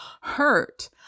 hurt